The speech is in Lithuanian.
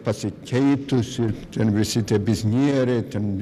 pasikeitusi ten visi tie biznieriai ten